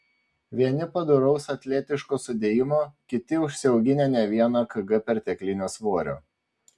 vieni padoraus atletiško sudėjimo kiti užsiauginę ne vieną kg perteklinio svorio